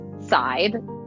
side